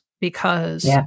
Because-